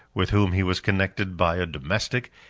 with whom he was connected by a domestic,